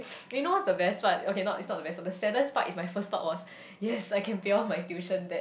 do you know what's the best one okay it's not not the best the other part is my first thought was yes I can pay off my tuition debt